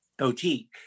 OT